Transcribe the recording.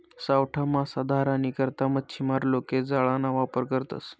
सावठा मासा धरानी करता मच्छीमार लोके जाळाना वापर करतसं